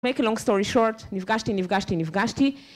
נפגשתי, נפגשתי, נפגשתי.